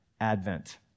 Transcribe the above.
advent